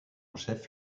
chef